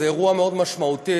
זה אירוע מאוד משמעותי.